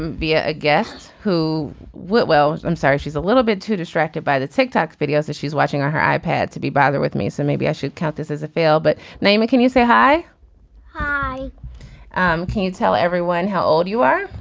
and be ah a guest who will. well i'm sorry she's a little bit too distracted by the tick tock videos that she's watching her i had to be bothered with me so maybe i should count this as a fail but name it can you say hi hi and can you tell everyone how old you are.